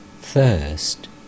thirst